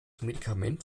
medikament